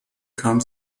kam